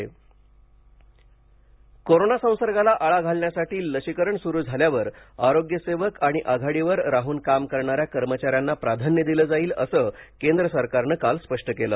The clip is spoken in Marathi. लसीकरण कोरोना संसर्गाला आळा घालण्यासाठी लशीकरण सुरू झाल्यावर आरोग्य सेवक आणि आघाडीवर राहून काम करणाऱ्या कर्मचाऱ्यांना प्राधान्य दिलं जाईल असं केंद्र सरकारनं काल स्पष्ट केलं